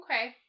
Okay